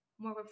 more